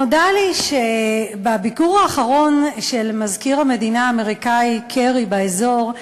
נודע לי שבביקור האחרון של מזכיר המדינה האמריקני קרי באזור,